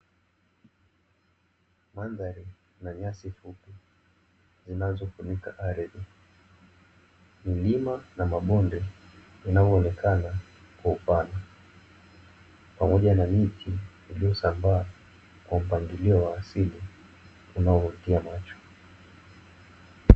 Mandhari na nyasi fupi zinazofunika ardhi, milima na mabonde vinavyoonekana kwa upana, pamoja na miti iliyosambaa kwa mpangilio wa asili unaovutia macho.